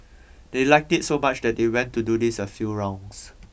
they liked it so much that they went to do this a few rounds